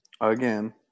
Again